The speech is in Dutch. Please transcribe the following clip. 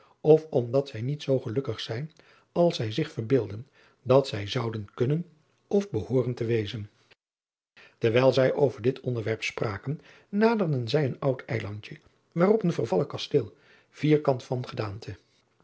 of omdat zij niet zoo gelukkig zijn als zij zich verbeelden dat zij zouden kunnen of behooren te wezen erwijl zij over dit onderwerp spraken naderden zij een oud eilandje waarop een vervallen kasteel vierkant van gedaante